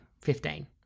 Fifteen